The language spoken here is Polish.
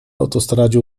autostradzie